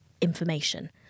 information